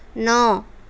ন